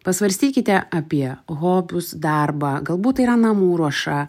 pasvarstykite apie hobius darbą galbūt tai yra namų ruoša